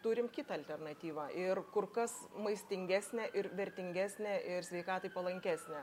turim kitą alternatyvą ir kur kas maistingesnę ir vertingesnę ir sveikatai palankesnę